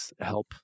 help